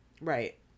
Right